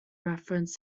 reference